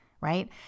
right